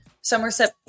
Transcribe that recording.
Somerset